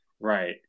Right